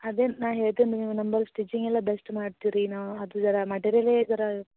ಅದೇ ನಾ ಹೇಳ್ತೀನಿ ರೀ ನೀವು ನಮ್ಮಲ್ ಸ್ಟಿಚಿಂಗ್ ಎಲ್ಲ ಬೆಸ್ಟ್ ಮಾಡ್ತೀವಿ ರೀ ನಾ ಅದು ಇದು ಮೆಟೀರಿಯಲ್ ಜರ